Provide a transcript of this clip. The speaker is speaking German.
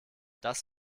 das